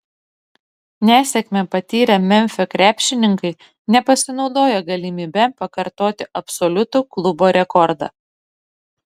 nesėkmę patyrę memfio krepšininkai nepasinaudojo galimybe pakartoti absoliutų klubo rekordą